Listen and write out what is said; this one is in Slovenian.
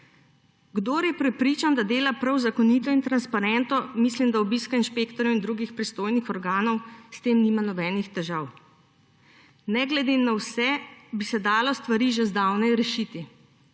Kdor je prepričan, da dela prav, zakonito in transparentno, mislim, da z obiskom inšpektorjev in drugih pristojnih organov nima nobenih težav. Ne glede na vse bi se dalo stvari že zdavnaj rešiti,